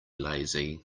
lazy